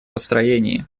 построении